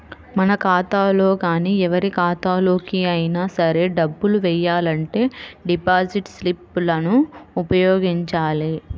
మన ఖాతాలో గానీ ఎవరి ఖాతాలోకి అయినా సరే డబ్బులు వెయ్యాలంటే డిపాజిట్ స్లిప్ లను ఉపయోగించాలి